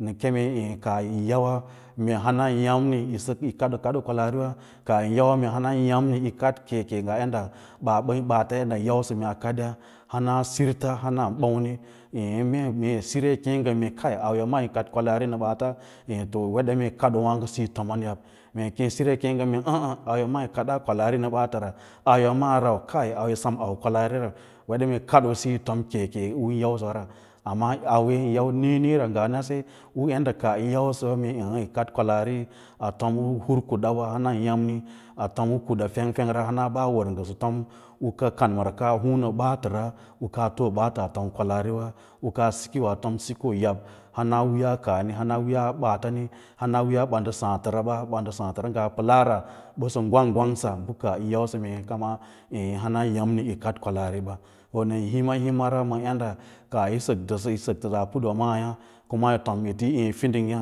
nə kemei əə̃ kaah yin yauwa mee hananyâmni yi sək yi kaɗ kaɗ kwalaari wa kaah yin yau mee hana yâmni, yi kad keke ngaa yadda ba baata bən ausə mee a kadya hana sirta hana bamni ye mee sira yi keẽ ngən mee kaiya auya maa yi kad kwalaari ma baata ee! Tən weɗa mee kaɗoo wǎǎgo siyo yo tomon yab, mee pə sira yi keẽ ngaǎǎ mee əə əə auya maa yo kadaa kwafaati ma ɓaatə ra, anya maa rau, ai auya yi sem au kwalaariya ra, weɗa mee kaɗoo siyo tom keke ma un yausəwa ra amma auwe yin niĩniĩ ngaa nase u yadda kaah yín yausə əə̃ yi kad kwalaari a tom u hur kuda wa hana ndə ya’mni a tom u hur kuda pengpengwâ hana baa wər ngə sə tom u kauməra u ɓaa kaa huu ma baatəra u kaa tom ɓaatə a tom kwalaariwa u kaas siki a tom sikooyab hana wiiya kaahni hana wiiyo a ɓaata ni hana wiiya ɓandə saãfəraba, bamdəsaã təra ngaa pəkaara bə sə gwang- gwangsa u kaah yin yausə mee kama mee hana ya’mni yi kad kwalaariɓa, wa’ nən hima himara yadda kaah yi sək təsə sək tə sə a put wa maaya kuma yi tom tə eẽ fidingyà